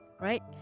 right